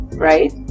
right